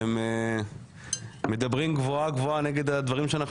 אתם מדברים גבוהה גבוהה נגד הדברים שאנחנו